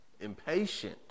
Impatient